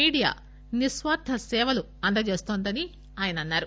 media నిస్వార్థ సేవలను అందజేస్తోందని ఆయన అన్నా రు